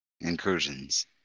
incursions